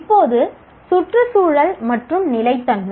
இப்போது சுற்றுச்சூழல் மற்றும் நிலைத்தன்மை